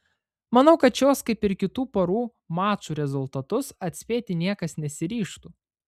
manau kad šios kaip ir kitų porų mačų rezultatus atspėti niekas nesiryžtų